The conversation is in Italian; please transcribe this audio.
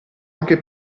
anche